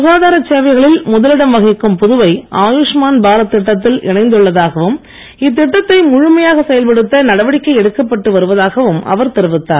சுகாதாரச் சேவைகளில் முதலிடம் வகிக்கும் புதுவை ஆயுஷ்மான் பாரத் திட்டத்தில் இணைந்துள்ளதாகவும் இத்திட்டத்தை முழுமையாக செயல்படுத்த நடவடிக்கை எடுக்கப்பட்டு வருவதாகவும் அவர் தெரிவித்தார்